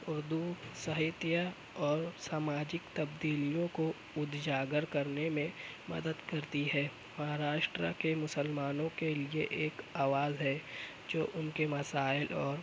اردو ساہیتہ اور ساماجک تبدیلیوں کو اجاگر کرنے میں مدد کرتی ہے مہاراشٹرا کے مسلمانوں کے لیے ایک آواز ہے جو ان کے مسائل اور